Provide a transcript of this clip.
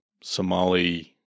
Somali